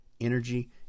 energy